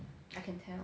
I can tell